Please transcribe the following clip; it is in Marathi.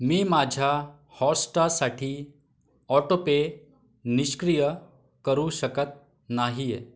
मी माझ्या हॉस्टासाठी ऑटोपे निष्क्रिय करू शकत नाही आहे